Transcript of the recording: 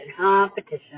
Competition